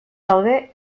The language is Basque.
daude